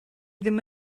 ddim